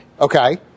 Okay